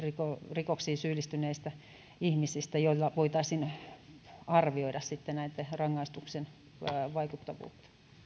rikoksiin syyllistyneistä ihmisistä joilla voitaisiin arvioida sitten näitten rangaistusten vaikuttavuutta